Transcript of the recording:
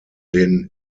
den